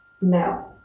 No